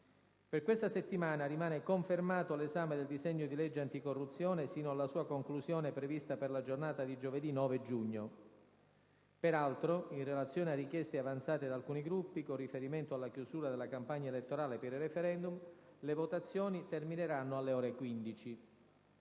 Per questa settimana rimane confermato l'esame del disegno di legge anticorruzione fino alla sua conclusione prevista per la giornata di giovedì 9 giugno. Peraltro, in relazione a richieste avanzate da alcuni Gruppi, con riferimento alla chiusura della campagna elettorale per i *referendum*, le votazioni termineranno alle ore 15.